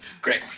Great